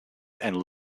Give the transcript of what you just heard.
and